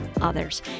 others